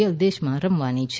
L દેશમાં રમવાની છે